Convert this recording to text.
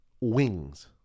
wings